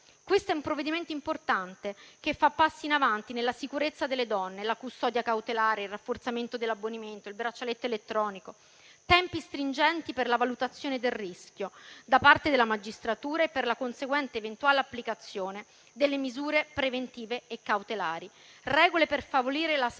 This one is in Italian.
Questo è un provvedimento importante, che compie passi in avanti per la sicurezza delle donne: la custodia cautelare; il rafforzamento dell'ammonimento; il braccialetto elettronico; tempi stringenti per la valutazione del rischio da parte della magistratura e per la conseguente eventuale applicazione delle misure preventive e cautelari; ancora, regole per favorire la